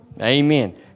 Amen